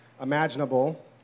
imaginable